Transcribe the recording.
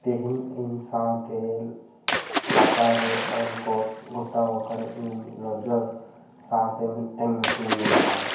ᱛᱮᱦᱮᱧ ᱤᱧ ᱥᱟᱶᱛᱮ ᱞᱟᱛᱟᱨ ᱨᱮ ᱚᱞ ᱠᱚᱫᱚ ᱜᱷᱚᱴᱟᱣᱟᱠᱟᱱ ᱤᱧ ᱞᱚᱡᱚᱨ ᱥᱟᱶᱛᱮ ᱢᱤᱫᱴᱮᱝ ᱢᱤᱴᱤᱝ ᱢᱮᱱᱟᱜᱼᱟ